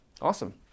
Awesome